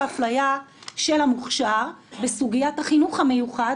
האפליה של המוכש"ר בסוגיית החינוך המיוחד,